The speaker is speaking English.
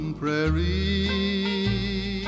prairie